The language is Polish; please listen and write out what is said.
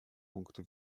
punktu